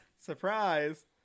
surprise